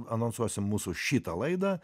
anonsuose mūsų šitą laidą